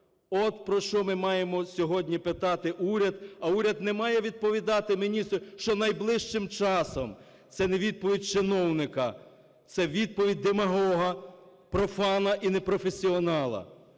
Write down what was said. От про що ми маємо сьогодні питати уряд. А уряд не має відповідати, міністр, що найближчим часом. Це не відповідь чиновника, це відповідь демагога, профана і непрофесіонала.